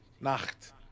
Nacht